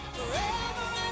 Forever